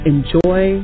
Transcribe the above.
Enjoy